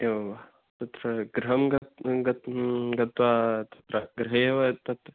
एवं वा तत् गृहं गत् गत् गत्वा तत्र गृहेव तत्